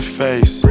face